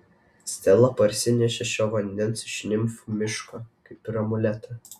stela parsinešė šio vandens iš nimfų miško kaip ir amuletą